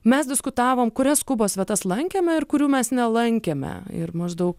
mes diskutavom kurias kubos vietas lankėme ir kurių mes nelankėme ir maždaug